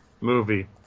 movie